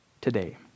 today